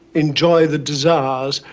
enjoy the desires,